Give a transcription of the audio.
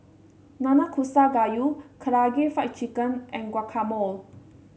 Nanakusa Gayu Karaage Fried Chicken and Guacamole